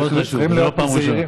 צריכים להיות זהירים,